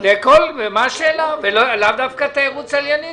לאו דווקא תיירות צליינית.